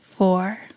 four